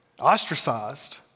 ostracized